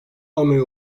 almayı